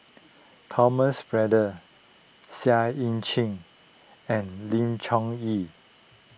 Thomas Braddell Seah Eu Chin and Lim Chong Yah